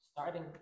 Starting